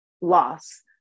loss